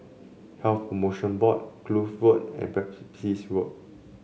Health Promotion Board Kloof Road and Pepys Road